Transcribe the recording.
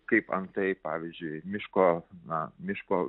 kaip antai pavyzdžiui miško na miško